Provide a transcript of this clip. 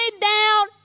down